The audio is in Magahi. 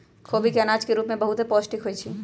खोबि के अनाज के रूप में बहुते पौष्टिक होइ छइ